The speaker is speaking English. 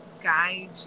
guide